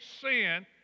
sin